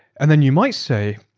and then you might say,